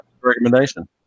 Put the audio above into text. recommendation